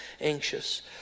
Anxious